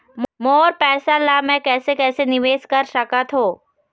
मोर पैसा ला मैं कैसे कैसे निवेश कर सकत हो?